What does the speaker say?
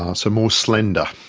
ah so more slender.